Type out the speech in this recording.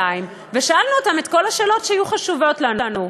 ושאלנו אותם את כל השאלות שהיו חשובות לנו.